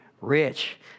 rich